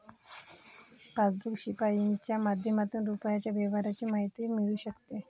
passbook छपाईच्या माध्यमातून रुपयाच्या व्यवहाराची माहिती मिळू शकते